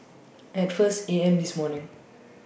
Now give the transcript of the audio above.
At First A M This morning